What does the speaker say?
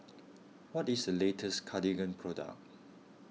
what is the latest Cartigain product